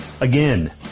again